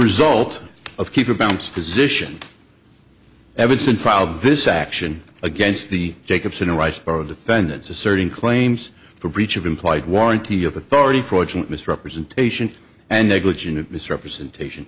result of keeper bounce position evanson filed this action against the jacobson who writes for defendants asserting claims for breach of implied warranty of authority fraudulent misrepresentation and negligent misrepresentation